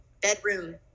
Bedroom